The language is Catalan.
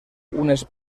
unes